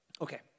Okay